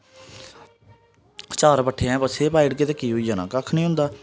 चार पट्ठे अस बच्छे गी पाई ओड़गे ते केह् होई जाना कक्ख निं होंदा